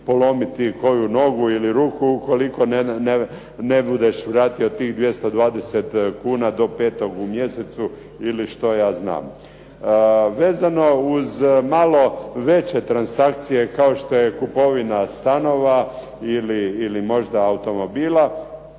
polomiti koju nogu ili ruku ukoliko ne bude vratio tih 220 kuna do 5. u mjesecu ili što ja znam. Vezano uz malo veće transakcije kao što je kupovina stanova ili možda automobila